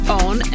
on